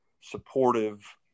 supportive